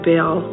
Bill